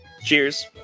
Cheers